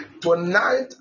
Tonight